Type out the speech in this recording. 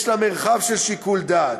יש לה מרחב של שיקול דעת,